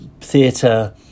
theatre